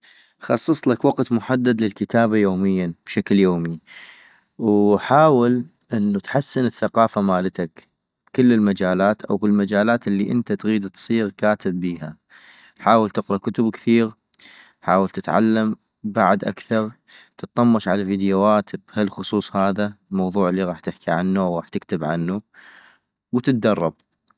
خصصلك وقت محدد للكتابة يومياً ،بشكل يومي -وحاول انو تحسن الثقافة مالتك بكل المجالات أو بالمجالات الي انت تغيد تصيغ كاتب بيها - حاول تقرا كتب كثيغ - حاول تتعلم بعد اكثغ، تطمش على فيديوات بهالخصوص هذا الموضوع الي غاح تحكي عنو أو غاح تكتب عنو وتدرب